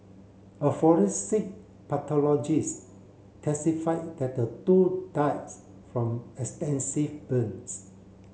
a forensic pathologist testified that the two dies from extensive burns